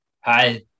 Hi